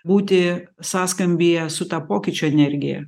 būti sąskambyje su ta pokyčio energija